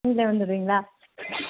நீங்களே வந்துருங்களா